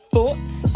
Thoughts